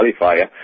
qualifier